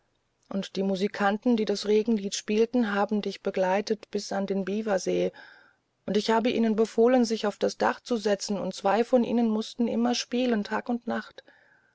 und die musikanten die das regenlied spielten haben dich begleitet bis an den biwasee und ich habe ihnen befohlen sich auf das dach zu setzen und zwei von ihnen mußten immer spielen tag und nacht